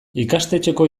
ikastetxeko